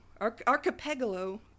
Archipelago